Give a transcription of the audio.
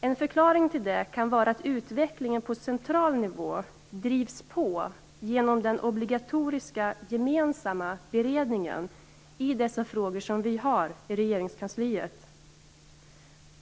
En förklaring till detta kan vara att utvecklingen på central nivå drivs på genom den obligatoriska gemensamma beredning i dessa frågor som vi har i Regeringskansliet.